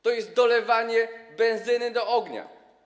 To jest dolewanie benzyny do ognia.